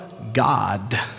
God